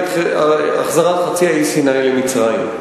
אומרים שעכשיו הפתרון,